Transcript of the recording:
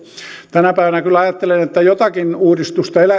tänä päivänä kyllä ajattelen että jotakin uudistusta